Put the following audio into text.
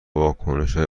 واکنشهای